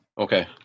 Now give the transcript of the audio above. Okay